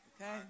okay